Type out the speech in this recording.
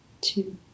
two